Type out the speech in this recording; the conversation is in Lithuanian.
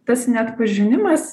tas nepažinimas